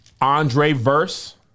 Andre-verse